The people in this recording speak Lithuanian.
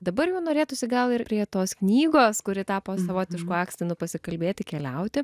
dabar jau norėtųsi gal ir prie tos knygos kuri tapo savotišku akstinu pasikalbėti keliauti